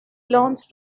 lunch